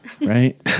Right